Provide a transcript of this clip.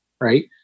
right